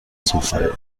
zufall